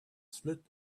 slit